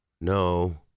no